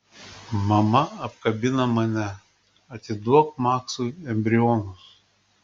mama apkabina mane atiduok maksui embrionus